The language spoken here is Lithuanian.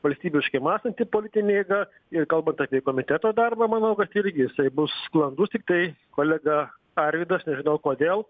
valstybiškai mąstanti politinė jėga ir kalbant apie komiteto darbą manau kad ir jisai bus sklandus tiktai kolega arvydas nežinau kodėl